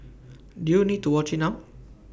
do you need to watch IT now